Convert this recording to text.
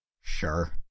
sure